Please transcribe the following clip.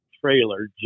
trailer